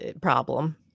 problem